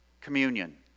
communion